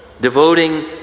Devoting